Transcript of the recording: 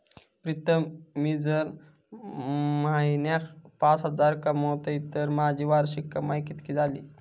प्रीतम मी जर म्हयन्याक पाच हजार कमयतय तर माझी वार्षिक कमाय कितकी जाली?